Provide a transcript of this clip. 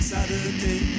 Saturday